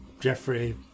Jeffrey